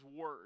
word